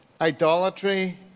idolatry